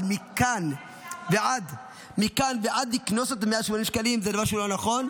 אבל מכאן ועד לקנוס אותם ב-180 שקלים זה דבר שהוא לא נכון.